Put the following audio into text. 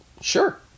Sure